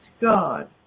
God